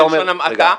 בלשון המעטה.